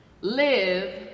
Live